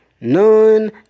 None